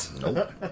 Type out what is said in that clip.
Nope